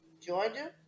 Georgia